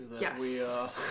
Yes